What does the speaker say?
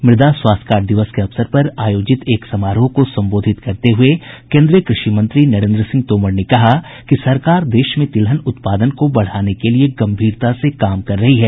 मुदा स्वास्थ्य कार्ड दिवस के अवसर पर आयोजित एक समारोह को संबोधित करते हुए कृषि मंत्री नरेंद्र सिंह तोमर ने कहा कि सरकार देश में तिलहन उत्पादन को बढ़ाने के लिए गंभीरता से काम कर रही है